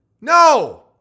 No